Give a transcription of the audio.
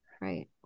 Right